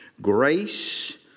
Grace